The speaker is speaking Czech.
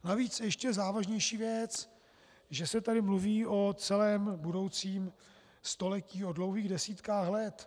Navíc ještě závažnější věc, že se tady mluví o celém budoucím století, o dlouhých desítkách let.